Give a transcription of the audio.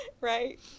Right